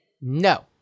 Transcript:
No